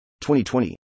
2020